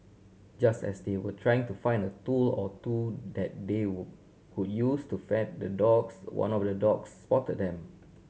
just as they were trying to find a tool or two that they could use to fend the dogs one of the dogs spot them